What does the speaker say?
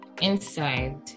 inside